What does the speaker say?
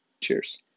cheers